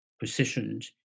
positioned